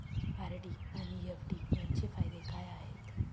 RD आणि FD यांचे फायदे काय आहेत?